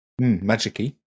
Magic-y